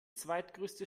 zweitgrößte